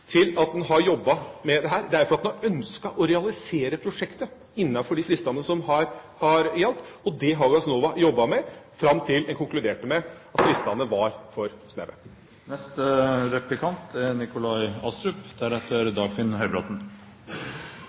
til at man har jobbet med dette, er at man har ønsket å realisere prosjektet innenfor de fristene som har gjeldt, og det har Gassnova jobbet med, fram til de konkluderte med at fristene var for snaue. Vi har fått løpende informasjon om at prosjektet er